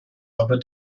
aber